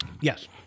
yes